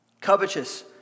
Covetous